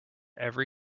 every